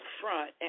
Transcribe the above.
front